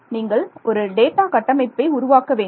நீங்கள் ஒரு டேட்டா கட்டமைப்பை உருவாக்க வேண்டும்